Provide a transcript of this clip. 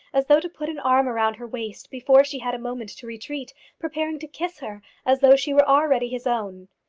as though to put an arm round her waist before she had a moment to retreat, preparing to kiss her as though she were already his own.